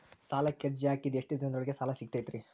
ಸಾಲಕ್ಕ ಅರ್ಜಿ ಹಾಕಿದ್ ಎಷ್ಟ ದಿನದೊಳಗ ಸಾಲ ಸಿಗತೈತ್ರಿ?